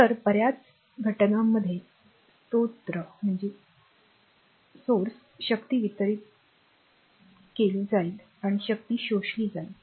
तर बर्याच घटनांमध्ये स्त्रोत शक्ती वितरीत केली जाईल आणि शक्ती शोषली जाईल